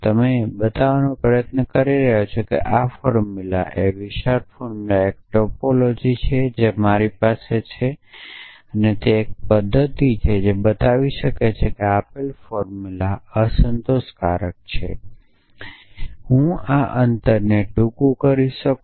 તમે બતાવવાનો પ્રયાસ કરી રહ્યા છો કે આ ફોર્મુલા આ વિશાળ ફોર્મુલા એક ટોપોલોજી છે જે મારી પાસે છે તે એક પદ્ધતિ છે જે બતાવી શકે છે કે આપેલ ફોર્મુલા અસંતોષકારક છે શું હું આ અંતરને ટૂંકું કરી શકું